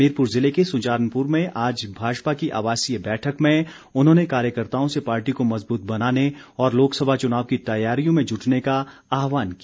हमीरपुर ज़िले के सुजानपुर में आज भाजपा की आवासीय बैठक में उन्होंने कार्यकर्ताओं से पार्टी को मज़बूत बनाने और लोकसभा चुनाव की तैयारियों में जुटने का आह्वान किया